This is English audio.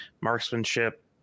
Marksmanship